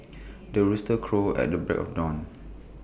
the rooster crows at the break of dawn